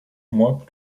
mois